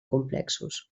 complexos